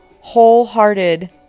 wholehearted